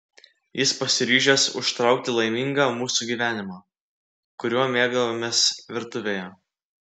jis pasiryžęs užraukti laimingą mūsų gyvenimą kuriuo mėgavomės virtuvėje